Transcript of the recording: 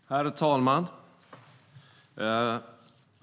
Herr talman!